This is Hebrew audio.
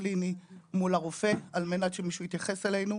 קליני מול הרופא על מנת שמישהו יתייחס אלינו.